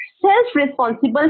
self-responsible